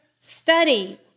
study